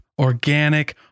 organic